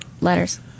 letters